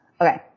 Okay